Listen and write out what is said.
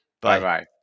Bye-bye